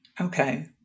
Okay